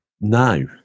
no